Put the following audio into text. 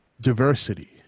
Diversity